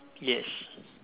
yes